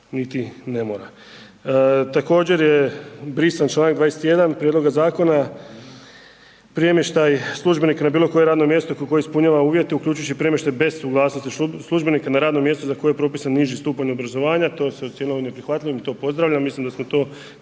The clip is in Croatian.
niti ne mora. Također je brisan članak 21. prijedloga zakona, premještaj službenika na bilokoje radno mjesto ukoliko ispunjava uvjete uključujući premještaj bez suglasnosti službenika na radno mjesto za koje je propisan niži stupanj obrazovanja, to se ocijenilo neprihvatljivim, to pozdravljam,